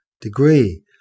Degree